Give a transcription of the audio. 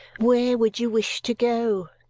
where would you wish to go?